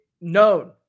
known